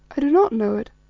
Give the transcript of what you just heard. i do not know it,